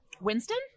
Winston